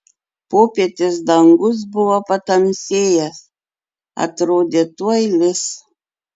popietės dangus buvo patamsėjęs atrodė tuoj lis